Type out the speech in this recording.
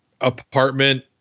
apartment